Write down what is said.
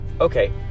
okay